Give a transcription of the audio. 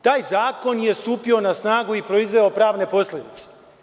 Taj zakon je stupio na snagu i proizveo pravne posledice.